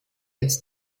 als